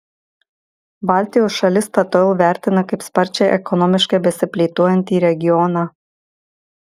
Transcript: baltijos šalis statoil vertina kaip sparčiai ekonomiškai besiplėtojantį regioną